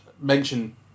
mention